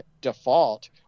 default